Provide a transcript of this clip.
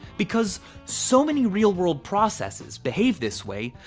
because so many real-world processes behave this way,